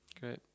Great